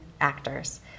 actors